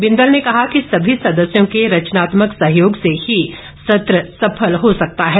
बिंदल ने कहा कि सभी सदस्यों के रचनात्मक सहयोग से ही सत्र सफल हो सकता है